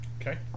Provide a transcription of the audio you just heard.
Okay